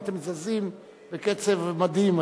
אתם זזים בקצב מדהים,